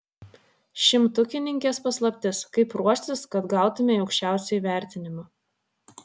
šimtukininkės paslaptis kaip ruoštis kad gautumei aukščiausią įvertinimą